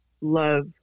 love